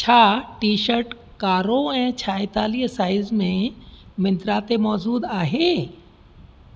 छा T shirt कारो ऐं छाएतालीअ साईज़ में मिंत्रा ते मौज़ूदु आहे